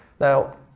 Now